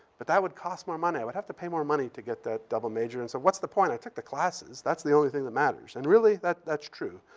but that would cost more money. i would have to pay more money to get that double major. and so what's the point? i took the classes. that's the only thing that matters. and, really, that's true.